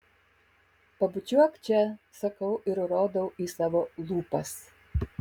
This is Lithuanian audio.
pabučiuok čia sakau ir rodau į savo lūpas